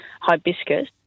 hibiscus